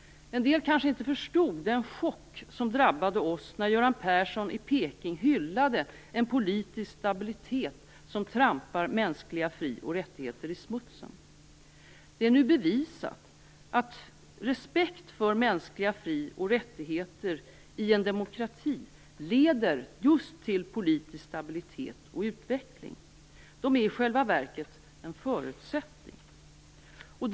En del kanske inte förstod den chock som drabbade oss när Göran Persson i Peking hyllade en politisk stabilitet som trampar mänskliga fri och rättigheter i smutsen. Det är nu bevisat att respekt för mänskliga fri och rättigheter i en demokrati leder just till politisk stabilitet och utveckling. De är i själva verket en förutsättning härför.